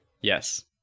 yes